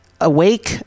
awake